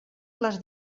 les